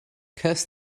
curse